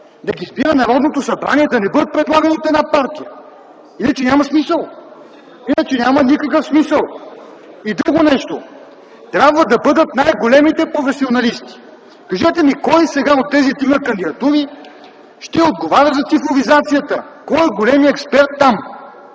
да ги избира Народното събрание е да не бъдат предлагани от една партия. Иначе няма смисъл. Иначе няма никакъв смисъл. Друго нещо: трябва да бъдат най-големите професионалисти. Кажете ми кой сега от тези три кандидатури ще отговаря за цифровизацията? Кой е големият експерт там?